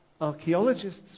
archaeologists